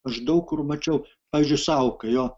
aš daug kur mačiau pavyzdžiu sauka jo